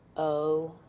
oh,